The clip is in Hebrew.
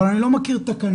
אבל אני לא מכיר תקנות.